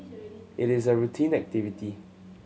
it is a routine activity